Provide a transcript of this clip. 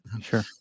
Sure